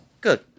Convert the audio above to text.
Good